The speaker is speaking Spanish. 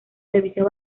servicios